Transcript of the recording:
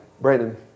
Brandon